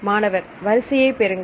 மாணவர் வரிசையை பெறுங்கள்